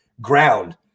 ground